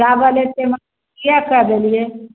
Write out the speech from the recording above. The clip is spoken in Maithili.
चावल एते महग किए कऽ देलियै